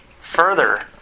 further